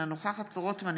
אינה נוכחת שמחה רוטמן,